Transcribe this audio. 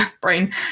brain